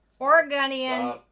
oregonian